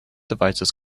devices